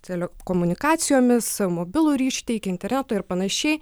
telekomunikacijomis mobilų ryšį teikianti ir panašiai